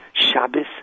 Shabbos